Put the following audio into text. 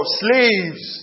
slaves